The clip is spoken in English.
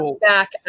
back